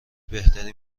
بهتری